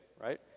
right